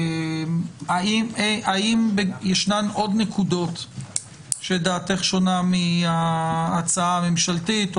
האם יש עוד נקודות שדעתך שונה מההצעה הממשלתית או